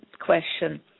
question